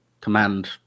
command